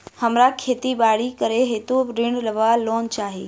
हमरा खेती बाड़ी करै हेतु ऋण वा लोन चाहि?